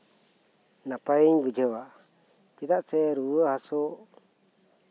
ᱱᱟᱯᱟᱭ ᱤᱧ ᱵᱩᱡᱷᱟᱹᱣᱟ ᱪᱮᱫᱟᱜ ᱥᱮ ᱨᱩᱣᱟᱹ ᱦᱟᱹᱥᱩᱜ